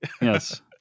Yes